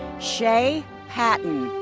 shae patten.